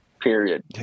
period